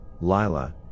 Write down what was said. Lila